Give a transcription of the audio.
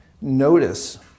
notice